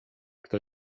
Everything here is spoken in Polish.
kto